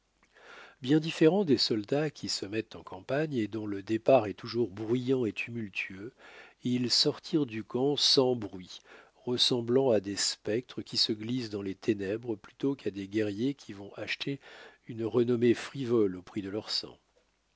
bien différents des soldats qui se mettent en campagne et dont le départ est toujours bruyant et tumultueux ils sortirent du camp sans bruit ressemblant à des spectres qui se glissent dans les ténèbres plutôt qu'à des guerriers qui vont acheter une renommée frivole au prix de leur sang